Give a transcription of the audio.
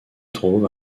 trouve